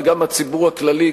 וגם הציבור הכללי,